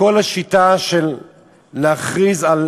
כל השיטה של להכריז על